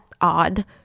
odd